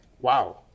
Wow